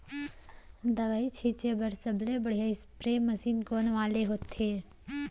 दवई छिंचे बर सबले बढ़िया स्प्रे मशीन कोन वाले होथे?